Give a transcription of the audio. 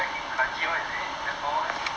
back in kranji [one] is it the tall [one]